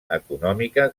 econòmica